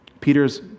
Peter's